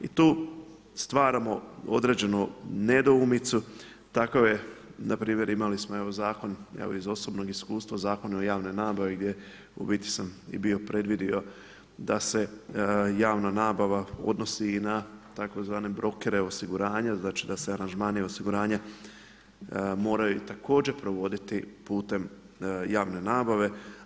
I tu stvaramo određenu nedoumicu, takav je, npr. imali smo evo zakon, evo iz osobnog iskustva Zakon o javnoj nabavi gdje u biti sam i bio predvidio da se javna nabava odnosi i na tzv. brokere osiguranja, znači da se aranžmani osiguranja moraju i također provoditi putem javne nabave.